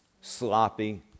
sloppy